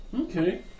Okay